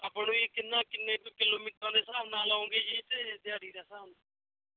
ਆਪਾਂ ਨੂੰ ਜੀ ਕਿੰਨਾ ਕਿੰਨੇ ਕੁ ਕਿਲੋਮੀਟਰਾਂ ਦੇ ਹਿਸਾਬ ਨਾਲ ਲਓਗੇ ਜੀ ਕਿ ਦਿਹਾੜੀ ਦੇ ਹਿਸਾਬ ਨਾਲ